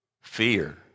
fear